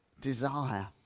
desire